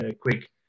quick